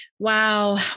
Wow